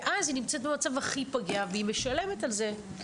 ואז היא נמצאת במצב הכי פגיע והיא משלמת על זה.